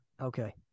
Okay